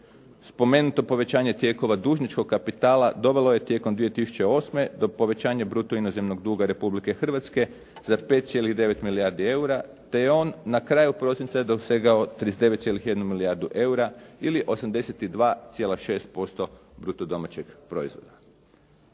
Spomenuto povećanje tijekova dužničkog kapitala dovelo je tijekom 2008. do povećanja bruto inozemnog duga Republike Hrvatske za 5,9 milijardi eura te je on na kraju prosinca dosegao 39,1 milijardu eura ili 82,6% bruto domaćeg proizvoda.